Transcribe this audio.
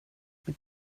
mit